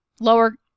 Lower